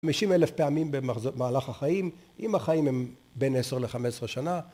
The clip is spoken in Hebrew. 50 אלף פעמים במהלך החיים, אם החיים הם בין 10 ל-15 שנה